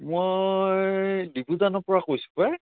মই ডিব্ৰুজানৰ পৰা কৈছোঁ পাই